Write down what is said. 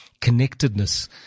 connectedness